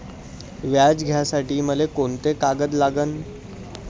व्याज घ्यासाठी मले कोंते कागद लागन?